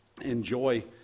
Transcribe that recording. enjoy